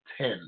ten